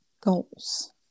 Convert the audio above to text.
goals